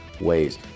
ways